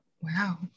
wow